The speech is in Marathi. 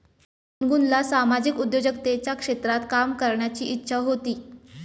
गुनगुनला सामाजिक उद्योजकतेच्या क्षेत्रात काम करण्याची इच्छा होती